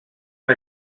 amb